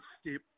step